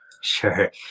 Sure